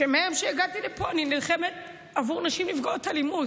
שמהיום שהגעתי לפה אני נלחמת עבור נשים נפגעות אלימות.